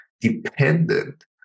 dependent